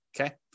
okay